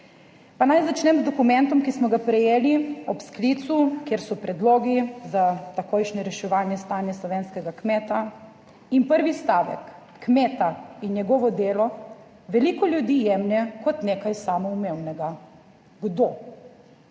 naj začnem z dokumentom, ki smo ga prejeli ob sklicu, kjer so predlogi za takojšnje reševanje stanja slovenskega kmeta in prvi stavek, kmeta in njegovo delo veliko ljudi jemlje kot nekaj samoumevnega. Kdo?